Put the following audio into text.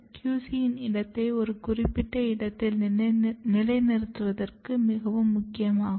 QC யின் இடத்தை ஒரு குறிப்பிட்ட இடத்தில் நிலைநிறுத்துவது மிகவும் முக்கியமாகும்